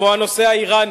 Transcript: כמו הנושא האירני,